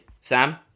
Sam